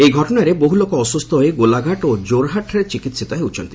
ଏହି ଘଟଣାରେ ବହୁ ଲୋକ ଅସ୍କୁସ୍ଥ ହୋଇ ଗୋଲାଘାଟ ଏବଂ କୋର୍ହାଟ୍ଠାରେ ଚିକିିିିତ ହେଉଛନ୍ତି